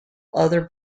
other